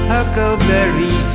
Huckleberry